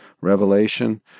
revelation